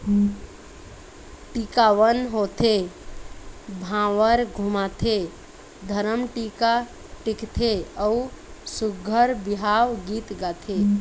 टिकावन होथे, भांवर घुमाथे, धरम टीका टिकथे अउ सुग्घर बिहाव गीत गाथे